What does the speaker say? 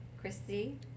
Christy